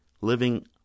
living